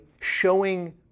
showing